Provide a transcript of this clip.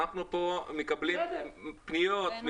אנחנו פה מקבלים פניות,